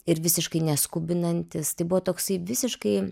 ir visiškai neskubinantis tai buvo toksai visiškai